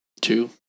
Two